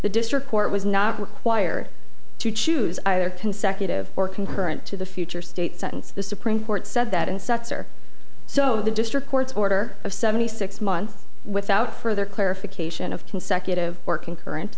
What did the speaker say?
the district court was not required to choose either consecutive or concurrent to the future state sentence the supreme court said that in sets or so the district court's order of seventy six months without further clarification of consecutive or concurrent